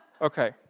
Okay